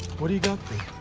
what do you got there?